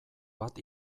bat